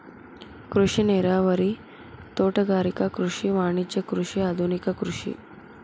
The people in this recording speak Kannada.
ಕೃಷಿ ನೇರಾವರಿ, ತೋಟಗಾರಿಕೆ ಕೃಷಿ, ವಾಣಿಜ್ಯ ಕೃಷಿ, ಆದುನಿಕ ಕೃಷಿ